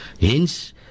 Hence